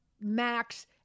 Max